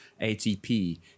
ATP